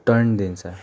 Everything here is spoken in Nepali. टर्न दिन्छ